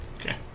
Okay